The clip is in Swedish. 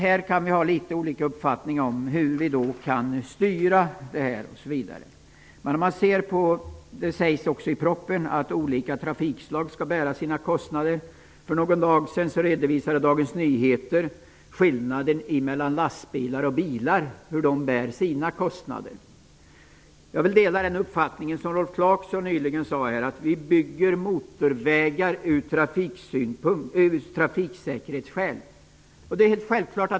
Vi kan ha litet olika uppfattningar om hur detta skall styras. Det framhålls i propositionen att olika trafikslag skall bära sina egna kostnader. För någon dag sedan redovisade Dagens Nyheter skillnaderna mellan hur lastbilar och personbilar bär sina kostnader. Jag instämmer i det av Rolf Clarkson nyss gjorda påpekandet att vi bygger motorvägar av trafiksäkerhetsskäl.